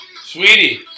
Sweetie